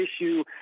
issue